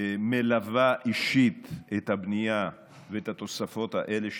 מלווה אישית את הבנייה ואת התוספות האלה,